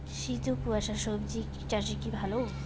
শীত ও কুয়াশা স্বজি চাষে কি ভালো?